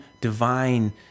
divine